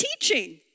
teaching